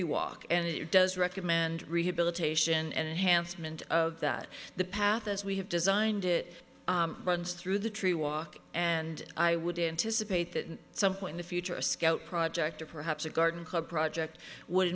tree walk and it does recommend rehabilitation and enhanced meant that the path as we have designed it runs through the tree walk and i would anticipate that in some point in the future a scout project or perhaps a garden club project would